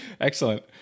Excellent